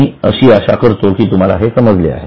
मी अशी आशा करतो की तुम्हाला हे समजले आहे